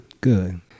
Good